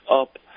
up